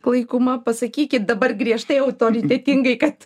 klaikuma pasakykit dabar griežtai autoritetingai kad